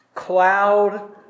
cloud